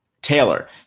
Taylor